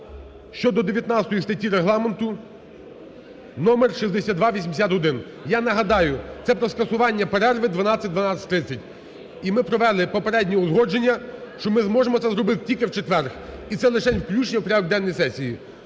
щодо 19 статті Регламенту (№ 6281). Я нагадаю. Це про скасування перерви 12:00-12:30. І ми провели попереднє узгодження, що ми зможемо це зробити тільки в четвер. І це лишень включення в порядок денний сесії.